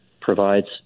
provides